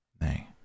Nay